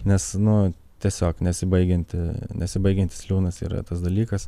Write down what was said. nes nu tiesiog nesibaigianti nesibaigiantis liūnas yra tas dalykas